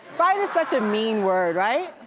fired is such a mean word, right?